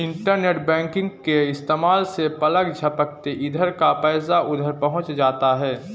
internet banking के इस्तेमाल से पलक झपकते इधर का पैसा उधर पहुँच जाता है